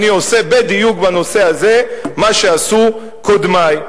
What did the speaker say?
אני עושה בנושא הזה בדיוק מה שעשו קודמי.